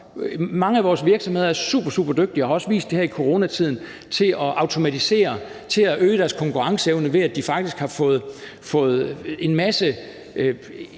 Mange af vores virksomheder er superdygtige og har også vist det her i coronatiden til at automatisere og til at øge deres konkurrenceevne ved, at de faktisk har fået en masse